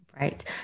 Right